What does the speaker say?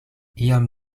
iom